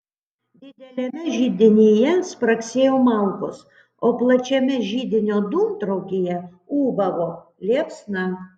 dideliame židinyje spragsėjo malkos o plačiame židinio dūmtraukyje ūbavo liepsna